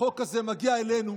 החוק הזה מגיע אלינו,